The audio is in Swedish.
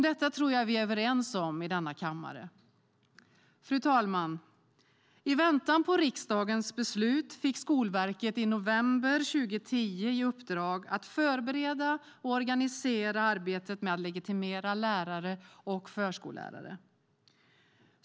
Detta tror jag att vi är överens om i denna kammare. Fru talman! I väntan på riksdagens beslut fick Skolverket i november 2010 i uppdrag att förbereda och organisera arbetet med att legitimera lärare och förskollärare.